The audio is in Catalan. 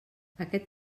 aquest